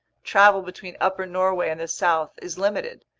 travel between upper norway and the south is limited.